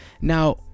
Now